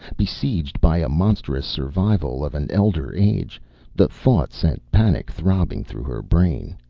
besieged by a monstrous survival of an elder age the thought sent panic throbbing through her brain.